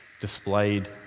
displayed